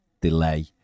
delay